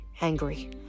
angry